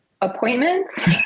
appointments